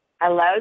Hello